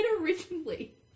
originally